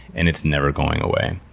and it's never going away.